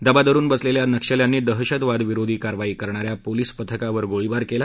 दबा धरुन बसलेल्या नक्षल्यांनी दहशतविरोधी कारवाई करणाऱ्या पोलीस पथकावर गोळीबार केला